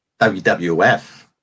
WWF